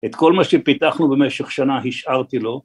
את כל מה שפיתחנו במשך שנה השארתי לו